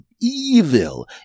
evil